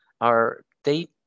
are—they